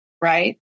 right